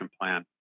plan